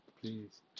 please